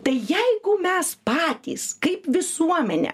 tai jeigu mes patys kaip visuomenė